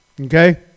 Okay